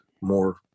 more